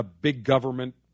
big-government